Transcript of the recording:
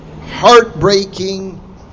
heartbreaking